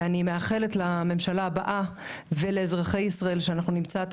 אני מאחלת לממשלה הבאה ולאזרחי ישראל שאנחנו נמצא את